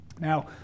Now